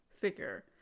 figure